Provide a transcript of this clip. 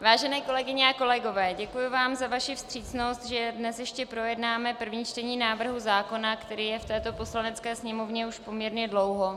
Vážené kolegyně a kolegové, děkuji vám za vaši vstřícnost, že dnes ještě projednáme první čtení návrhu zákona, který je v této Poslanecké sněmovně už poměrně dlouho.